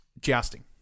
jousting